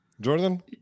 Jordan